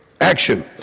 Action